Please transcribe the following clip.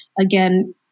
Again